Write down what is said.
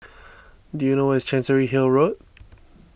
do you know where is Chancery Hill Road